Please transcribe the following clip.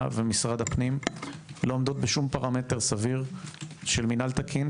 ומשרד הפנים לא עומדות בשום פרמטר סביר של מינהל תקין,